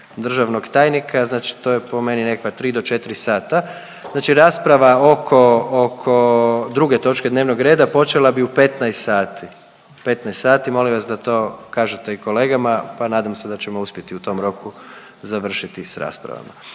državnog tajnika, znači to je po meni nekakva 3 do 4 sata. Znači rasprava oko, oko druge točke dnevnog reda počela bi u 15 sati, 15 sati, molim vas da to kažete i kolegama, pa nadam se da ćemo uspjeti u tom roku završiti s raspravama.